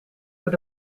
voor